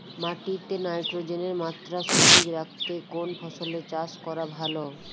মাটিতে নাইট্রোজেনের মাত্রা সঠিক রাখতে কোন ফসলের চাষ করা ভালো?